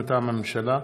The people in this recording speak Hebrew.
מטעם הממשלה: